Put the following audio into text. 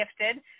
gifted